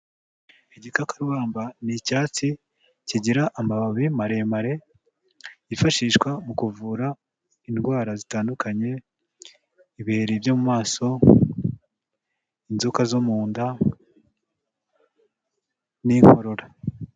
Igikakarubamba ni icyatsi kigira amababi maremare, cyifashishwa mu kuvura indwara zitandukanye. Ibiheri byo mu maso, inzoka zo mu nda n'inkorora.